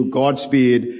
Godspeed